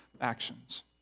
actions